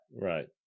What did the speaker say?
Right